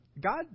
God